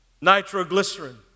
Nitroglycerin